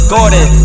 Gordon